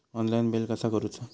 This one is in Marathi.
ऑनलाइन बिल कसा करुचा?